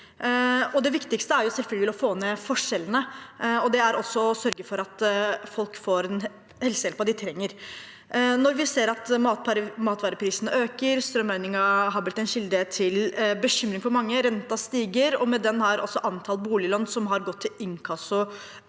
Det viktigste er selvfølgelig å få ned forskjellene og også å sørge for at folk får den helsehjelpen de trenger. Nå ser vi at matvareprisene øker, strømregningen har blitt en kilde til bekymring for mange, renta stiger, og med den har også antall boliglån som har gått til inkasso,